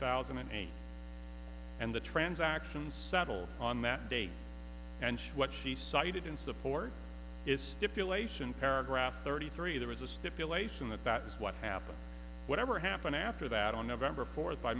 thousand and eight and the transactions settle on that day and what she cited in support is stipulation paragraph thirty three there was a stipulation that that was what happened whatever happened after that on november fourth by